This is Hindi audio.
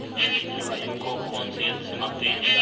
जलवायु को कौन से यंत्र से मापते हैं?